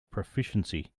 proficiency